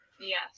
Yes